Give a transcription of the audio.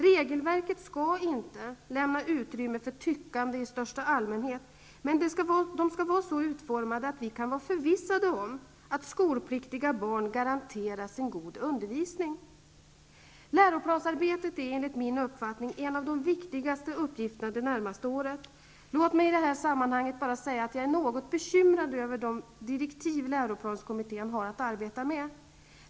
Regelverket skall inte lämna utrymme för tyckande i största allmänhet, men det skall vara så utformat att vi kan vara förvissade om att skolpliktiga barn garanteras god undervisning. Läroplansarbetet är enligt min uppfattning en av de viktigaste uppgifterna det närmaste året. Låt mig i detta sammanhang bara säga att jag är något bekymrad över de direktiv läroplanskommittén har att arbeta med.